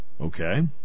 Okay